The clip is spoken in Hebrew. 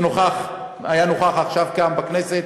שנכח עכשיו כאן בכנסת